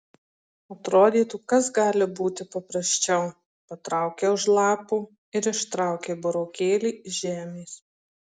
atrodytų kas gali būti paprasčiau patraukei už lapų ir ištraukei burokėlį iš žemės